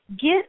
get